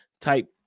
type